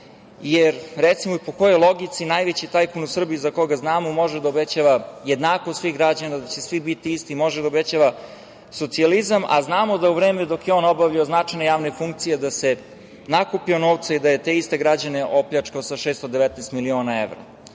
jer, recimo, po kojoj logici najveći tajkun u Srbiji za koga znamo može da obećava jednakost svih građana, da će svi biti isti, može da obećava socijalizam, a znamo da u vreme dok je on obavljao značajne javne funkcije, da se nakupio novca i da je te iste građane opljačkao sa 619 miliona evra?